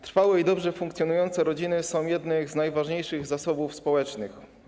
Trwałe i dobrze funkcjonujące rodziny stanowią jeden z najważniejszych zasobów społecznych.